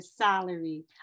salary